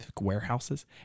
warehouses